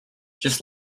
just